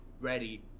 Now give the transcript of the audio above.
ready